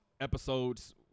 episodes